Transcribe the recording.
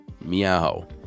Meow